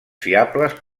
fiables